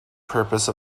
purpose